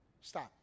Stop